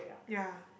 ya